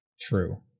true